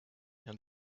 and